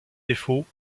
défauts